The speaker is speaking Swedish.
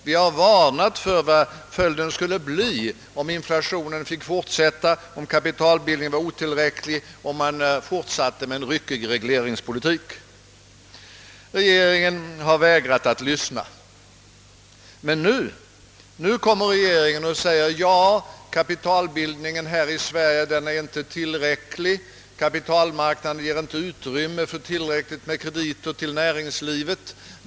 Vi har varnat för vad följden skulle bli om inflationen fick fortsätta, kapitalbildningen var otillräcklig och man fortsatte med den ryckiga regleringspolitiken. Regeringen har vägrat att lyssna. Men nu kommer regeringen och säger att kapitalbildningen här i Sverige inte är tillräcklig, att kapitalmarknaden inte ger utrymme för tillräckligt med krediter åt näringslivet.